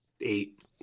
eight